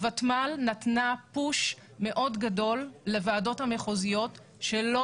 הותמ"ל נתנה דחיפה רצינית לוועדות המחוזיות שלא